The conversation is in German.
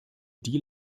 die